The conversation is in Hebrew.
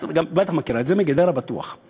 את בטח מכירה את זה מגדרה, בטוח.